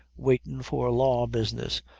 waitin' for law business.